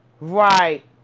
right